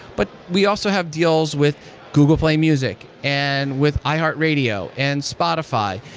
but we also have deals with google play music, and with iheart radio, and spotify,